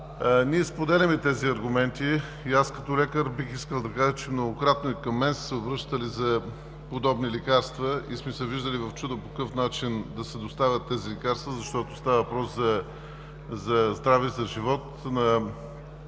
Ние споделяме тези аргументи и аз като лекар бих искал да кажа, че многократно и към мен са се обръщали за подобни лекарства. Виждали сме се в чудо по какъв начин да се доставят тези лекарства, защото става въпрос за здраве, за живот на нашите